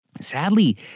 Sadly